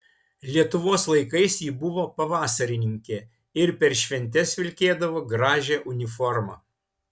lietuvos laikais ji buvo pavasarininkė ir per šventes vilkėdavo gražią uniformą